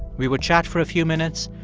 we would chat for a few minutes,